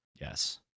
yes